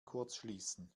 kurzschließen